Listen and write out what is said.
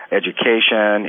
education